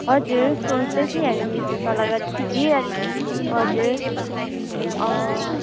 हजुर सोच्दैथेँ हामी मिसको सल्लाह गर्दै थिएँ कि अनि हजुर